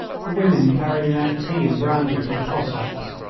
the women carrying out tea and brandy for the cossacks.